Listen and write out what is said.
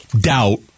doubt